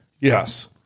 Yes